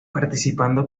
participando